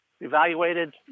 evaluated